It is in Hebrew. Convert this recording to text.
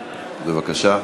בבקשה.